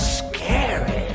scary